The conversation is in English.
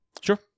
sure